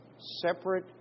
Separate